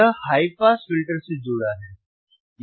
यह high pass filter से जुड़ा है